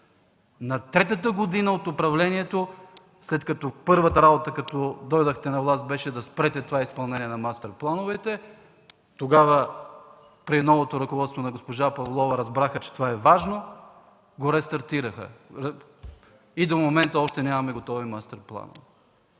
На третата година от управлението, след като първата Ви работа, като дойдохте на власт, беше да спрете изпълнението на мастер плановете, при новото ръководство – на госпожа Павлова, разбраха, че това е важно и го рестартираха. До момента още го нямаме този мастер план.